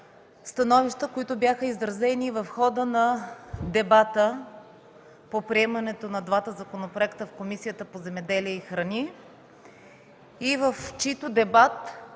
законопроекта, които бяха изразени и в хода на дебата по приемането на двата законопроекта в Комисията по земеделието и храните. В дебата